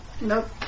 Nope